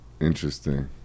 Interesting